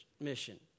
mission